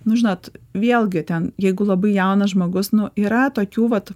nu žinot vėlgi ten jeigu labai jaunas žmogus nu yra tokių vat